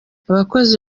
abakozi